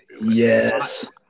yes